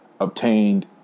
obtained